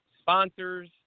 sponsors